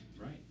Right